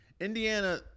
Indiana